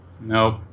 Nope